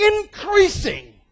increasing